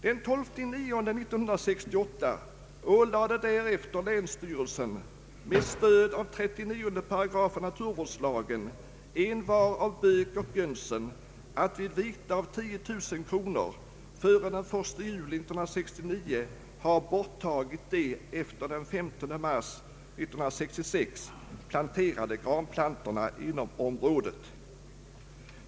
Den 12 september 1968 ålade därefter länsstyrelsen med stöd av 39 8 naturvårdslagen envar av Böök och Jönsson att vid vite av 10 000 kronor före den 1 juli 1969 ha borttagit de efter den 15 mars 1966 planterade granplantorna inom området.